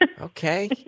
Okay